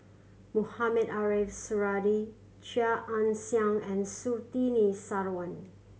Mohamed Ariff Suradi Chia Ann Siang and Surtini Sarwan